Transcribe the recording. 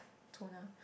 toner